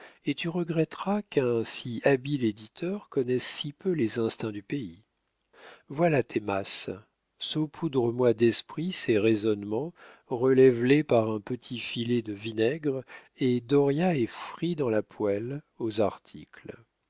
et tu regretteras qu'un si habile éditeur connaisse si peu les instincts du pays voilà tes masses saupoudre moi d'esprit ces raisonnements relève les par un petit filet de vinaigre et dauriat est frit dans la poêle aux articles